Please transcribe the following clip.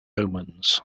omens